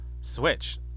Switch